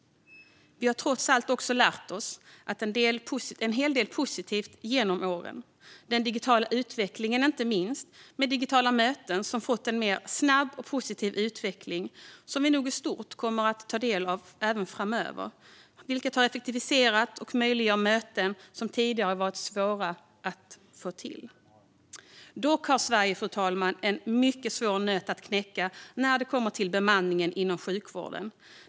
Vi har trots allt också lärt oss en del positivt av dessa år. Den digitala utvecklingen, inte minst med digitala möten, har varit snabb och positiv, och vi kommer nog i stort att ta del av den även framöver, vilket effektiviserar och möjliggör möten som tidigare varit svåra att få till. Fru talman! Sverige har dock en mycket svår nöt att knäcka när det kommer till bemanningen inom sjukvården.